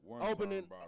opening